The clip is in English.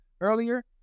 earlier